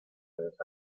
vez